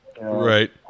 Right